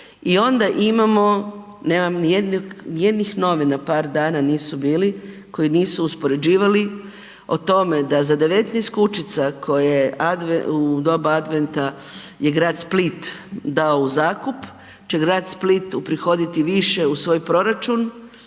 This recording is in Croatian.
i onda imamo, nemam nijednih novina, par dana nisu bili koji nisu uspoređivali o tome da za 19 kućica koje u doba Adventa je grad Split dao u zakup će grad Split uprihoditi više u svoj proračun